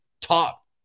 top